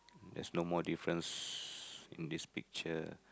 there's no more difference in this picture